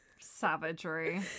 Savagery